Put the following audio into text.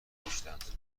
نداشتهاند